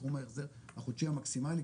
סכום ההחזר החודשי המקסימלי,